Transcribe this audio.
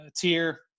tier